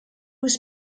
was